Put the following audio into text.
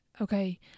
Okay